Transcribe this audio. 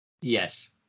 Yes